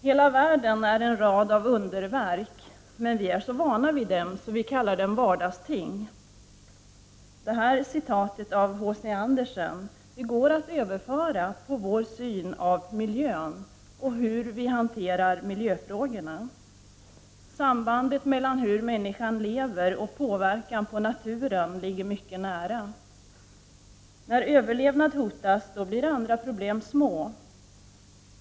”Hela världen är en rad av underverk — men vi är så vana vid dem att vi kallar dem vardagsting.” Detta citat av H C Andersen går att överföra till synen på vår natur och hur vi hanterar miljöfrågor. Sambandet mellan hur människan lever och påverkan på naturen är mycket nära. När överlevnaden hotas blir andra problem små.